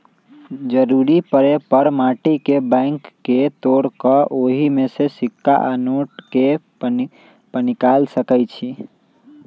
जरूरी परे पर माटी के बैंक के तोड़ कऽ ओहि में से सिक्का आ नोट के पनिकाल सकै छी